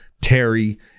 Terry